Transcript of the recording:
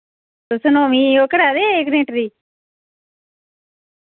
तुस नमीं ओह् करा दे कंडैक्टरी